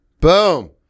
Boom